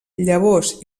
llavors